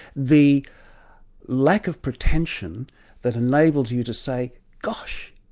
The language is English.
the lack of pretension that enables you to say, gosh!